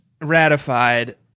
Ratified